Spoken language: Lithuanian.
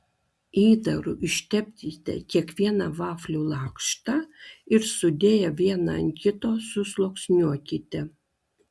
įdaru ištepkite kiekvieną vaflių lakštą ir sudėję vieną ant kito susluoksniuokite